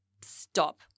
Stop